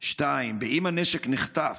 2. אם הנשק נחטף,